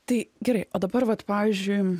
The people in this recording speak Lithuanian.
tai gerai o dabar vat pavyzdžiui